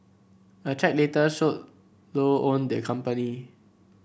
a check later showed Low owned the company